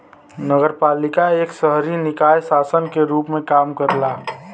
नगरपालिका एक शहरी निकाय शासन के रूप में काम करला